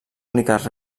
úniques